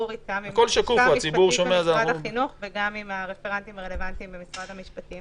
הלשכה המשפטית במשרד החינוך וגם עם הרפרנטים הרלוונטיים במשרד המשפטים,